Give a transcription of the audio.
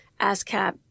ASCAP